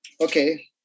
okay